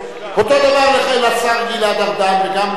אותו דבר לשר גלעד ארדן וגם למרגי.